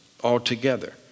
altogether